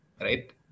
right